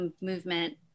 movement